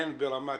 הן ברמת